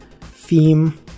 theme